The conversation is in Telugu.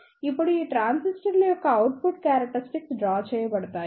కాబట్టి ఇప్పుడు ఈ ట్రాన్సిస్టర్ల యొక్క అవుట్పుట్ క్యా రక్టరిస్టిక్స్ డ్రా చేయబడతాయి